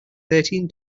thirteen